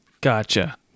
Gotcha